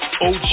OG